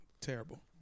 Terrible